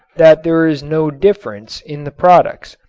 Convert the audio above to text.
that there is no difference in the products.